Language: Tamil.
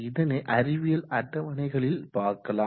இதனை அறிவியல் அட்டவணைகளில் பார்க்கலாம்